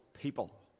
people